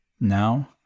now